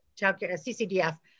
CCDF